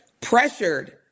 pressured